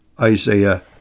Isaiah